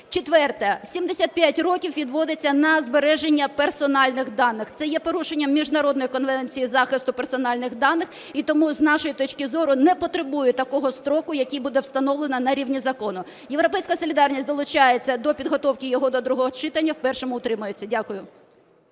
Четверте. 75 років відводиться на збереження персональних даних. Це є порушення міжнародної Конвенції з захисту персональних даних, і тому, з нашої точки зору, не потребує такого строку, який буде встановлено на рівні закону. "Європейська солідарність" долучається до підготовки його до другого читання, в першому утримується. Дякую.